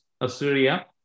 Assyria